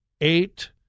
eight